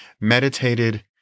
meditated